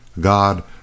God